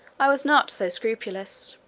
i was not so scrupulous.